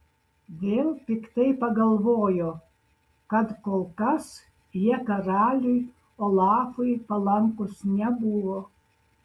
vėl piktai pagalvojo kad kol kas jie karaliui olafui palankūs nebuvo